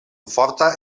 forta